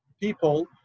people